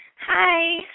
hi